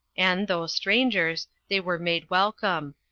and, though strangers, they were made welcome.